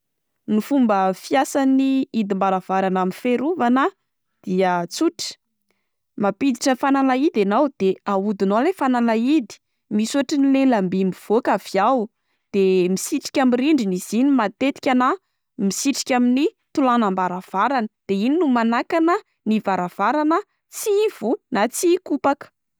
Ny fomba fiasan'ny hidim-baravarana amin'ny fiarovana dia tsotra, mampiditra fanalahidy ianao de ahodinao ilay fanalahidy, misy otriny lelambay mivoaka avy ao de misitrika amin'ny rindrina izy iny matetika na misitrika amin'ny tolanam-baravarana de iny no manakana ny varavarana tsy hivoa na tsy hikopaka.